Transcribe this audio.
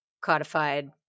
codified